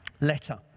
letter